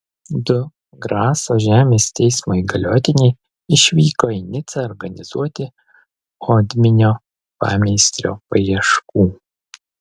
du graso žemės teismo įgaliotiniai išvyko į nicą organizuoti odminio pameistrio paieškų